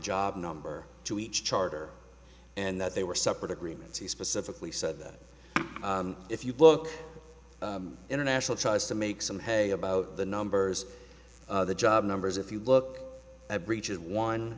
job number to each charter and that they were separate agreements he specifically said that if you look international tries to make some hay about the numbers the job numbers if you look at breaches one